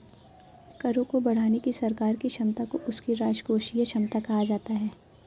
करों को बढ़ाने की सरकार की क्षमता को उसकी राजकोषीय क्षमता कहा जाता है